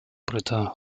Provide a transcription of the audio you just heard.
britta